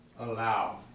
allow